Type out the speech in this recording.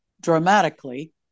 dramatically